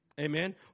Amen